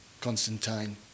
Constantine